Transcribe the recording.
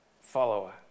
follower